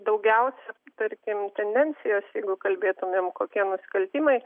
daugiausia tarkim tendencijos jeigu kalbėtumėm kokie nusikaltimai